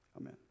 amen